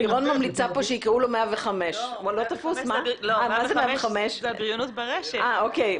אם זו עבירה בסמכות המשטרה,